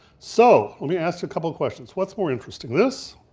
so let me ask you a couple questions. what's more interesting this